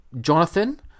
jonathan